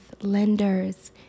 lenders